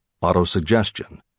Autosuggestion